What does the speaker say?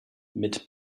mit